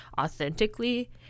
authentically